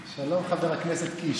שלום, חבר הכנסת קיש.